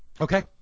okay